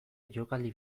jokaldi